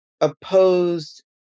opposed